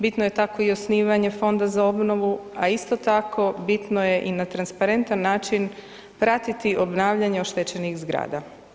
Bitno je tako i osnivanje Fonda za obnovu, a isto tako bitno je i na transparentan način pratiti obnavljanje oštećenih zgrada.